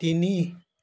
তিনি